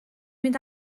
mynd